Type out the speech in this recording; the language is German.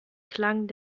klang